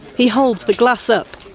he holds the glass up.